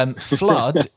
Flood